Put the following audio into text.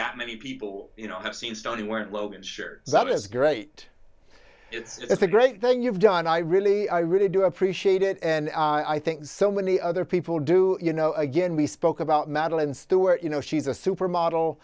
that many people you know have seen study weren't logan shared that is great it's a great thing you've done i really i really do appreciate it and i think so many other people do you know again we spoke about madeline stewart you know she's a supermodel